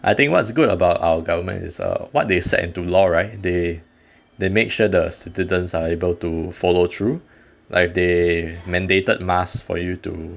I think what's good about our government is uh what they set into law right they they make sure the citizens are able to follow through like if they mandated mask for you to